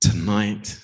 Tonight